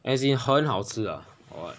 as in 很好吃 ah